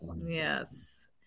Yes